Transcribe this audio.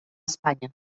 espanya